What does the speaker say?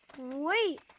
Wait